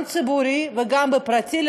גם ציבוריים וגם פרטיים,